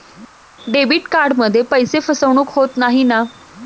Debit कार्डमध्ये पैसे फसवणूक होत नाही ना?